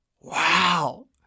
Wow